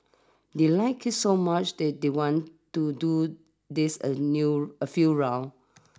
they liked it so much that they want to do this a new a few rounds